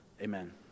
Amen